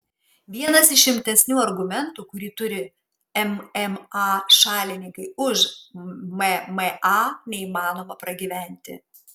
vienas iš rimtesnių argumentų kurį turi mma šalininkai už mma neįmanoma pragyventi